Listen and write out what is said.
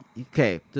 okay